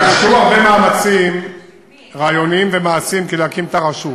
הושקעו הרבה מאמצים רעיוניים ומעשיים כדי להקים את הרשות.